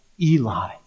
Eli